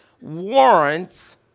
warrants